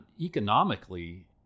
economically